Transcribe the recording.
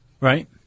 right